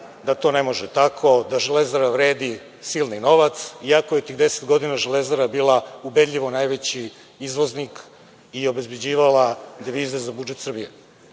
da to ne može tako, da „Železara“ vredi silni novac, iako je tih deset godina „Železara“ bila ubedljivo najveći izvoznik i obezbeđivala devize za budžet Srbije. Nakon